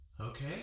Okay